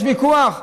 יש ויכוח?